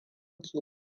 ke